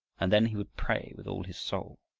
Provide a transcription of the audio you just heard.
and then he would pray with all his soul